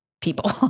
people